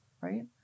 right